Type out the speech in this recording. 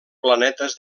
planetes